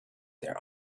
their